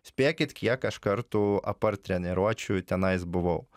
spėkit kiek aš kartu apart treniruočių tenais buvau